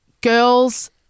girls